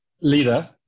leader